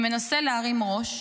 ומנסה להרים ראש,